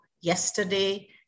yesterday